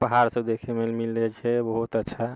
पहाड़ सभ देखैमे मिलैत छै बहुत अच्छा